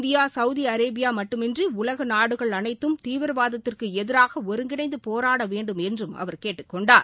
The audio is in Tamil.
இந்தியா சவுதி அரேபியா மட்டுமின்றி உலக நாடுகள் அனைத்தும் தீவிரவாதத்திற்கு எதிராக ஒருங்கிணைந்து போராட வேண்டும் என்றும் அவர் கேட்டுக் கொண்டார்